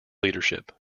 leadership